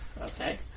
Okay